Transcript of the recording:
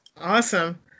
Awesome